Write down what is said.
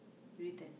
written